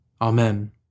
Amen